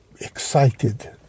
excited